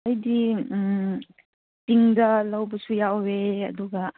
ꯑꯩꯗꯤ ꯇꯤꯟꯗ ꯂꯧꯕꯁꯨ ꯌꯥꯎꯋꯦ ꯑꯗꯨꯒ